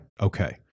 Okay